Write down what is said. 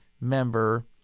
member